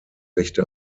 rechte